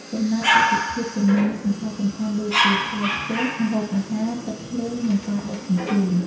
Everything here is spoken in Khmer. កំណត់អាទិភាពចំណាយសំខាន់ៗដូចជា ថ្លៃផ្ទះ ម្ហូបអាហារ ទឹកភ្លើង និងការដឹកជញ្ជូន។